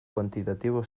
kuantitatibo